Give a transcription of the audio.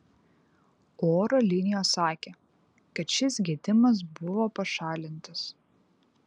oro linijos sakė kad šis gedimas buvo pašalintas